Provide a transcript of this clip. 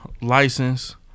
license